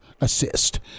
assist